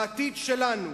בעתיד שלנו.